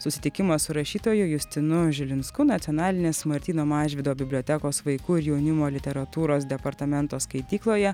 susitikimas su rašytoju justinu žilinsku nacionalinės martyno mažvydo bibliotekos vaikų ir jaunimo literatūros departamento skaitykloje